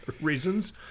reasons